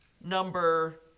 number